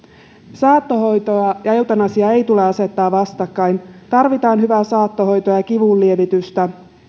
saattohoitoa ja eutanasiaa ei tule asettaa vastakkain tarvitaan hyvää saattohoitoa ja kivunlievitystä